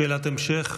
שאלת המשך,